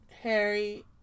Harry